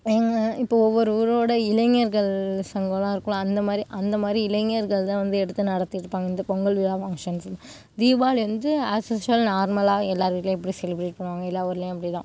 எங்கே இப்போது ஒவ்வொரு ஊரோட இளைஞர்கள் சங்கம்லாம் இருக்கும்ல அந்தமாதிரி அந்தமாதிரி இளைஞர்கள்தான் வந்து எடுத்து நடத்தியிருப்பாங்க இந்த பொங்கல் விழா ஃபங்க்ஷன்ஸ் தீபாவளி வந்து அஸ்யூஸ்வல் நார்மலாகவே எல்லார் வீட்லேயும் எப்படி செலிப்ரேட் பண்ணுவாங்க எல்லா ஊருலேயும் அப்படிதான்